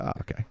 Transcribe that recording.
okay